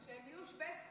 שהם יהיו שווי זכויות,